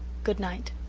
goodnight